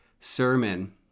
sermon